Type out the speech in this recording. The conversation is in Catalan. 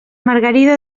margarida